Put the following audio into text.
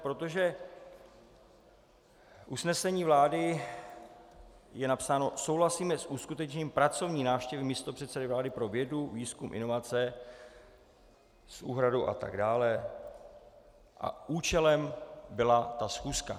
Protože v usnesení vlády je napsáno: Souhlasíme s uskutečněním pracovní návštěvy místopředsedy vlády pro vědu, výzkum, inovace, s úhradou a tak dále, a účelem byla ta schůzka.